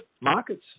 markets